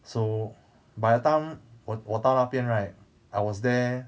so by the time 我我到那边 right I was there